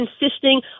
insisting